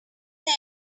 they